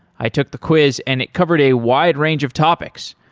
i took the quiz and it covered a wide range of topics,